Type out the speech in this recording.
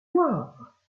voir